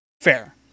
Fair